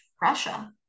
Russia